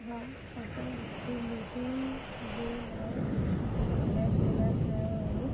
हा असां हिक मीटिंग जे लाइ जेको एप तयार कयो हुओ